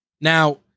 Now